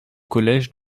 collège